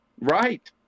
Right